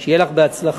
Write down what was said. שיהיה לך בהצלחה.